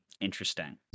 interesting